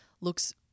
looks